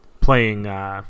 playing